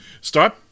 Start